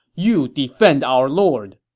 you defend our lord!